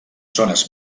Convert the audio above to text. zones